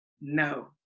No